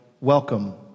welcome